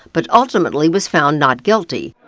but ultimately was found not guilty.